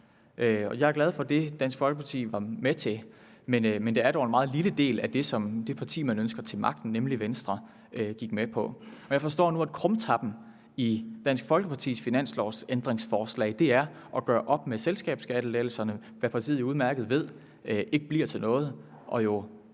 Jeg er glad for det, Dansk Folkeparti var med til, men det er dog en meget en lille del af det, som det parti, man ønsker til magten, nemlig Venstre, gik med til. Men jeg forstår nu, at krumtappen i Dansk Folkepartis finanslovsændringsforslag er at gøre op med selskabsskattelettelserne, hvad partiet udmærket ved ikke bliver til noget